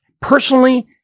personally